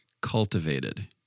cultivated